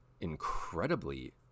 incredibly